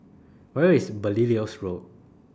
Where IS Belilios Road